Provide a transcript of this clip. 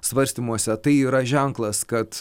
svarstymuose tai yra ženklas kad